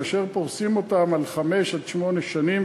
כאשר פורסים אותם על חמש עד שמונה שנים,